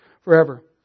forever